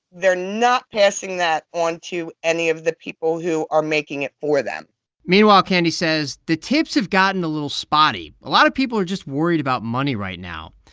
they're not passing that on to any of the people who are making it for them meanwhile, candy says, the tips have gotten a little spotty. a lot of people are just worried about money right now.